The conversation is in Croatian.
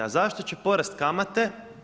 A zašto će porast kamate?